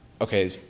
okay